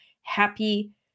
happy